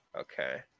Okay